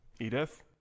Edith